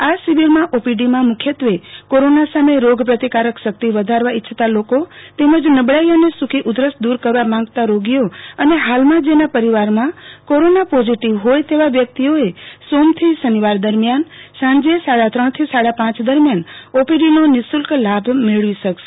આ શિબિરમાં ઓપીડીમાં મુખ્યત્વ કોરોના સામે રોગ પ્રતિકારક શકિત વધારવા ઈચ્છતા લોકો તેમજ નબળાઈ અને સૂકો ઉધરસ દૂર કરવા માંગતા રોગીઓ અને હાલમાં જેના પરિવારમાં કોરોના પોઝીટીવ હોય તેવા વ્યકિતઓએ સોમથી શનિવાર દરમ્યાન સાંજે સાડાત્રણ થી સાડા પાંચ દરમ્યાન ઓપીડીનો નિઃશુલ્ક લાભ મળવી શકશે